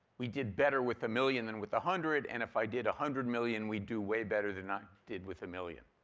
we did better with a million than with a hundred. and if i did a one hundred million, we'd do way better than i did with a million.